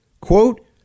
Quote